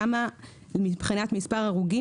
שם מבחינת מספר ההרוגים,